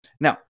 now